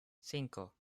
cinco